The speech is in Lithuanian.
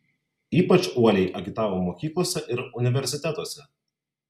ypač uoliai agitavo mokyklose ir universitetuose